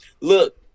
Look